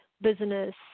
business